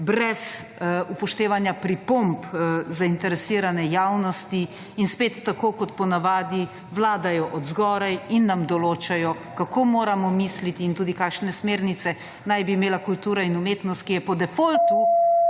brez upoštevanja pripomb zainteresirane javnosti in spet, tako kot po navadi, Vlada je od zgoraj in nam določajo, kako moramo mislit in tudi kakšne smernice naj bi imela kultura in umetnost, ki je po »defaultu«